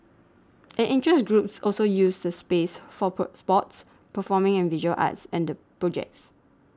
and interest groups also use the space for pro sports performing and visual arts and the projects